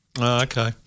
Okay